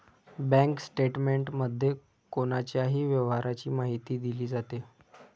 bank स्टेटमेंटमध्ये कोणाच्याही व्यवहाराची माहिती दिली जाते